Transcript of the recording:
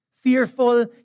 fearful